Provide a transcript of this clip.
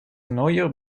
neuer